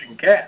gas